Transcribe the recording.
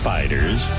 Fighters